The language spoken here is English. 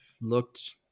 looked